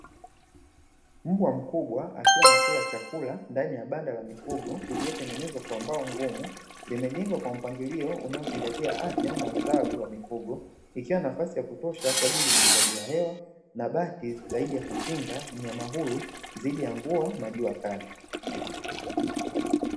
Mbwa mkubwa akiwa anakula chakula ndani ya banda la mifugo iliyotengenezwa kwa mbao ngumu, limejengwa kwa mpangilio unaozingatia afya na ustawi wa mifugo ikiwa na nafasi ya kutosha kwa ajili ya uingizaji wa hewa na bati zaidi ya kukinga mnyama huyu dhidi ya mvua na jua kali.